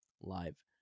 live